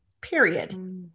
period